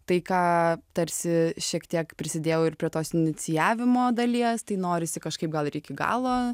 tai ką tarsi šiek tiek prisidėjau prie tos inicijavimo dalies tai norisi kažkaip gal ir iki galo